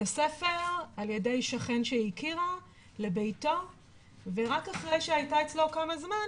הספר על ידי שכן שהיא הכירה לביתה ורק שאחרי שהייתה אצלו כמה זמן,